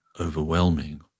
overwhelming